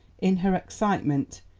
in her excitement,